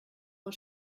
for